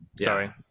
Sorry